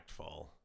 impactful